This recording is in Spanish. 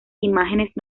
imágenes